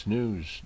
News